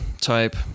type